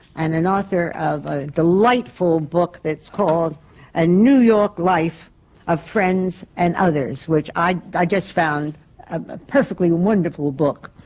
and an author of a delightful book that's called a new york life of friends and others, which i. i just found a perfectly wonderful book.